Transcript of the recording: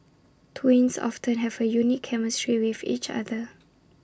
twins often have A unique chemistry with each other